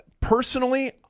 Personally